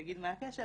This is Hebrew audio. תגיד מה הקשר,